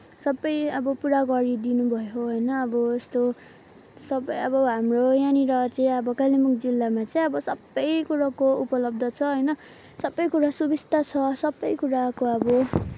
सबै अब पुरा गरिदिनुभयो होइन अब यस्तो सबै अब हाम्रो यहाँनिर चाहिँ अब कालिम्पोङ जिल्लामा चाहिँ अब सबै कुरोको उपलब्ध छ होइन सबै कुरा सुबिस्ता छ सबै कुराको अब